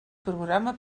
programa